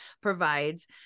provides